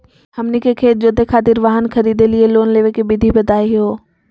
हमनी के खेत जोते खातीर वाहन खरीदे लिये लोन लेवे के विधि बताही हो?